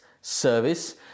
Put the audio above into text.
service